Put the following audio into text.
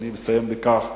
ואני מסיים בכך,